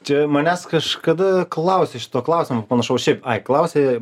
čia manęs kažkada klausė šito klausimo panašaus šiaip klausė